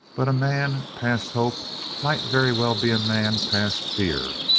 but a man past hope might very well be a man past fear.